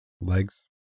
legs